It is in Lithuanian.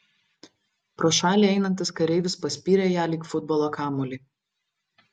pro šalį einantis kareivis paspyrė ją lyg futbolo kamuolį